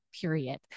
period